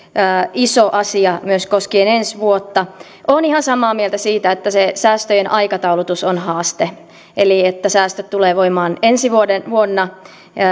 iso asia myös koskien ensi vuotta olen ihan samaa mieltä siitä että se säästöjen aikataulutus on haaste eli että säästöt tulevat voimaan ensi vuonna